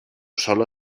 solo